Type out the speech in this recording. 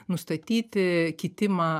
nustatyti kitimą